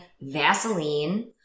Vaseline